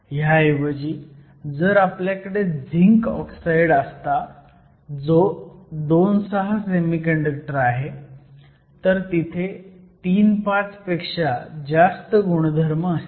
ह्याऐवजी जर आपल्याकडे zinc oxide असता जो 2 6 सेमीकंडक्टर आहे तर तिथे 3 5 पेक्षा जास्त गुणधर्म असतील